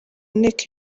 nteko